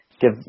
give